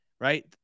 right